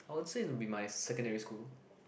I won't say is be my secondary school